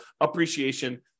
appreciation